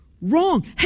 wrong